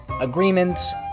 agreements